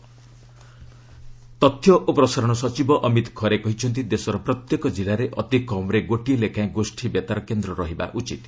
community radio Khare ତଥ୍ୟ ଓ ପ୍ରସାରଣ ସଚିବ ଅମିତ ଖରେ କହିଛନ୍ତି ଦେଶର ପ୍ରତ୍ୟେକ ଜିଲ୍ଲାରେ ଅତି କମ୍ରେ ଗୋଟିଏ ଲେଖାଏଁ ଗୋଷ୍ଠୀ ବେତାର କେନ୍ଦ୍ର ରହିବା ଉଚିତ୍